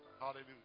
Hallelujah